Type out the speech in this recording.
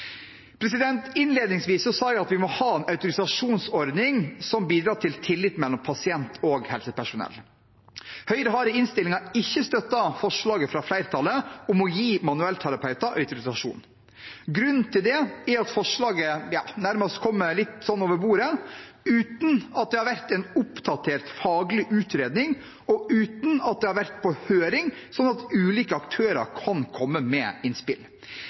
Innledningsvis sa jeg at vi må ha en autorisasjonsordning som bidrar til tillit mellom pasient og helsepersonell. Høyre har i innstillingen ikke støttet forslaget fra flertallet om å gi manuellterapeuter autorisasjon. Grunnen til det er at forslaget nærmest kommer over bordet, uten at det har vært en oppdatert faglig utredning, og uten at det har vært på høring, sånn at ulike aktører kan komme med innspill.